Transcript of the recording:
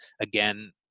Again